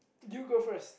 you go first